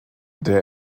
der